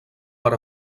per